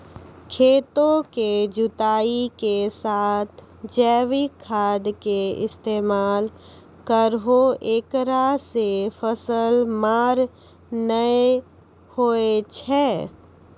खेतों के जुताई के साथ जैविक खाद के इस्तेमाल करहो ऐकरा से फसल मार नैय होय छै?